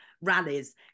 rallies